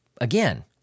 again